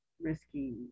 risky